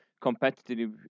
competitive